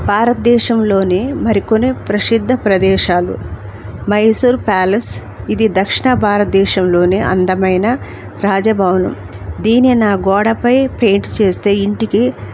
భారతదేశంలోని మరికొన్నీ ప్రసిద్ధ ప్రదేశాలు మైసూర్ ప్యాలెస్ ఇది దక్షిణ భారతదేశంలోని అందమైన రాజభవనం దీన్ని నా గోడపై పెయింట్ చేస్తే ఇంటికి